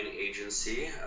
agency